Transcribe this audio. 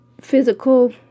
physical